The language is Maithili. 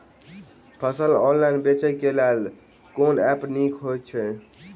फसल ऑनलाइन बेचै केँ लेल केँ ऐप नीक होइ छै?